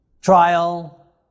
trial